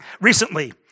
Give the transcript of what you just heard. Recently